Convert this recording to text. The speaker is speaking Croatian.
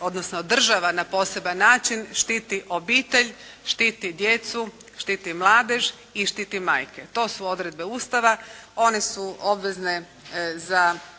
odnosno država na poseban način štiti obitelj, štiti djecu, štiti mladež i štiti majke. To su odredbe Ustava, one su obavezne za svaku